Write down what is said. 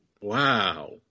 wow